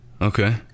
Okay